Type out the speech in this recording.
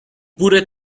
pure